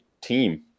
team